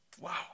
Wow